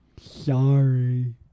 Sorry